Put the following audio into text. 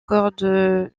cœur